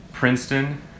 Princeton